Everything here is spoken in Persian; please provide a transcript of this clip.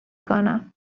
کنم